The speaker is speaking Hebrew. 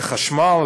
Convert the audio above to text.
לחשמל,